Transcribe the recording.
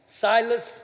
Silas